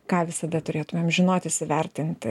ką visada turėtumėm žinoti įsivertinti